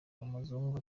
umuzungu